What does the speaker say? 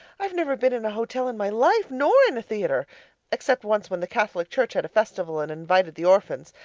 i've never been in a hotel in my life, nor in a theatre except once when the catholic church had a festival and invited the orphans,